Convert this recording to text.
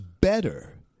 better